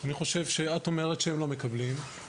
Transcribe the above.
אני חושב שאת אומרת שהם לא מקבלים,